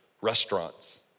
restaurants